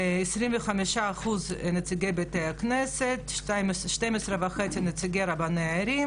25% נציגי בתי הכנסת, 12.5% נציגי רבני ערים